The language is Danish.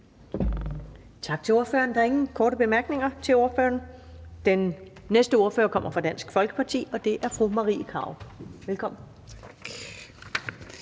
Tak til ordføreren. Der er ikke flere korte bemærkninger til ordføreren. Den næste ordfører kommer fra SF, og det er hr. Carl Valentin. Velkommen.